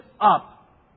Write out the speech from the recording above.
up